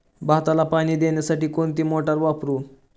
भाताला पाणी देण्यासाठी कोणती मोटार वापरू?